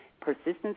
Persistence